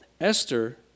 Esther